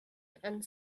and